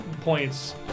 points